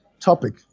topic